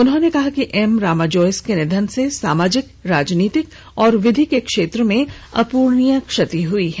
उन्होंने कहा एम रामा जोइस के निधन से सामाजिक राजनीतिक एवं विधि के क्षेत्र में अप्रणीय क्षति हुई है